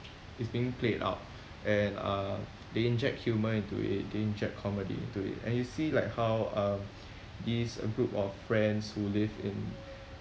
is being played out and uh they inject humour into it they inject comedy into it and you see like how um this group of friends who live in